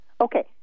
Okay